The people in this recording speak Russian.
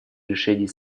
решений